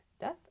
death